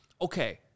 okay